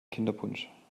kinderpunsch